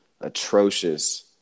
atrocious